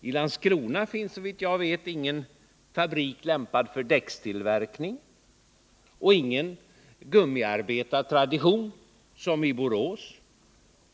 I Landskrona finns, såvitt jag vet, ingen fabrik som är lämpad för däckstillverkning och inte heller någon gummiarbetartradition som i Borås.